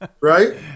right